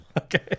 Okay